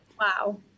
Wow